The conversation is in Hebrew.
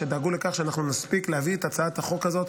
שדאגו לכך שאנחנו נספיק להביא את הצעת החוק הזאת